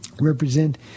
represent